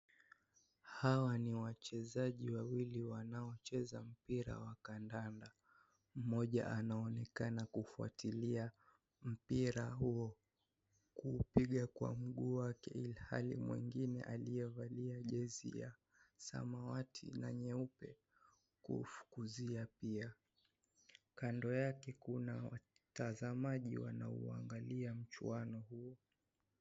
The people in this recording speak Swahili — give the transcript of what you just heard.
Hawa ni wachezaji wawili wanaocheza mpira wa kandanda. Mmoja anaonekana kufuatilia mpira huo kupiga kwa mguu wake ilhali mwengine aliyevalia jezi ya samawati na nyeupe kufukuzia pia . Kando yake kuna watazamaji wanaoangalia mchuano huo.